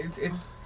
it's-